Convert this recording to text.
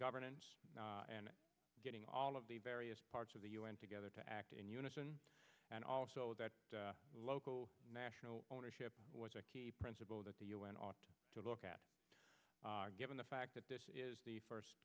governance and getting all of the various parts of the u n together to act in unison and also that local national ownership was a principle that the u n ought to look at given the fact that this is the first